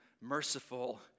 merciful